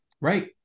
Right